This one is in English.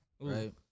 right